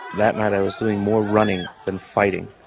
that night i was doing more running than fighting.